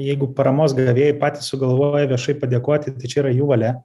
jeigu paramos gavėjai patys sugalvoja viešai padėkoti tai čia yra jų valia